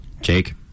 Jake